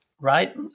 right